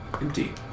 empty